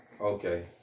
Okay